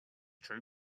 true